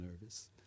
nervous